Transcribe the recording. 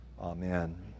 Amen